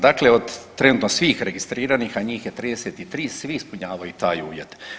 Dakle, od trenutno svih registriranih, a njih je 33 svi ispunjavaju taj uvjet.